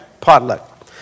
Potluck